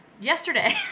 Yesterday